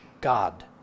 God